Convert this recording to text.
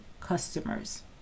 customers